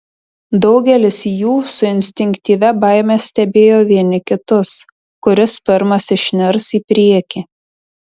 daugelis jų su instinktyvia baime stebėjo vieni kitus kuris pirmas išnirs į priekį